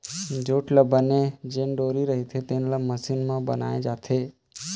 jute ले बने जेन डोरी रहिथे तेन ल मसीन म बनाए जाथे